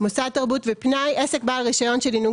"מוסד תרבות ופנאי" עסק בעל רישיון של עינוג